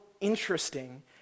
interesting